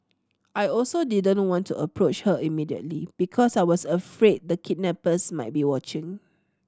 I also didn't want to approach her immediately because I was afraid the kidnappers might be watching